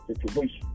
situation